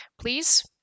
Please